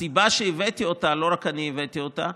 הסיבה שהבאתי אותה, לא רק אני הבאתי אותה,